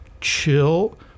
chill